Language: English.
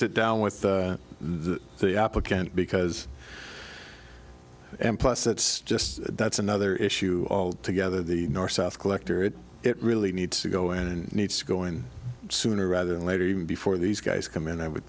sit down with the applicant because m plus it's just that's another issue altogether the north south collector and it really needs to go in and needs to go in sooner rather than later even before these guys come in i would